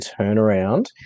turnaround